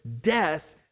death